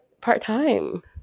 part-time